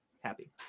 happy